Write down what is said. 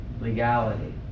legality